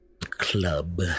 club